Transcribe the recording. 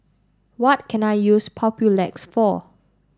what can I use Papulex for